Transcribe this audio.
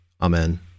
Amen